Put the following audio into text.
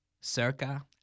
Circa